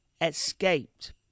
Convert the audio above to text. escaped